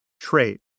trait